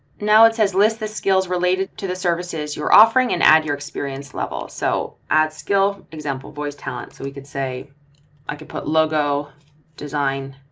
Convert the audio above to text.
now it says list the skills related to the services you're offering and add your experience level. so add skill, example voice talent, so we could say i could put logo design,